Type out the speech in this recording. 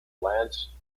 lance